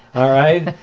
alright?